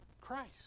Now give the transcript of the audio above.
Christ